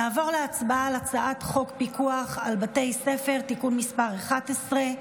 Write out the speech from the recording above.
נעבור להצבעה על הצעת חוק פיקוח על בתי ספר (תיקון מס' 11)